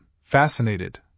fascinated